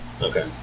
Okay